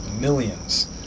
millions